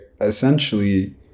essentially